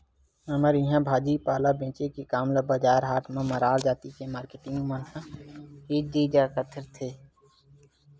हमर इहाँ भाजी पाला बेंचे के काम ल बजार हाट म मरार जाति के मारकेटिंग मन ह ही जादा करथे